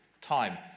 time